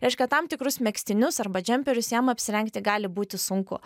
reiškia tam tikrus megztinius arba džemperius jam apsirengti gali būti sunku